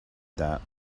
that